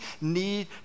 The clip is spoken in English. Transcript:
need